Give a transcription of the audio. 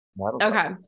Okay